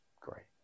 great